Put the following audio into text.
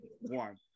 one